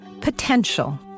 Potential